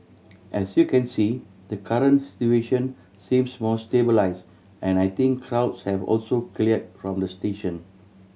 as you can see the current situation seems more stabilised and I think crowds have also cleared from the station